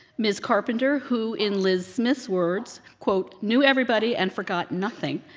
ms. carpenter who in liz smith's words quote, knew everybody and forgot nothing,